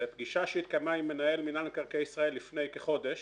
בפגישה שהתקיימה עם מנהל מינהל מקרקעי ישראל לפני כחודש